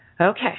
Okay